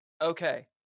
Okay